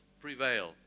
prevail